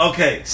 Okay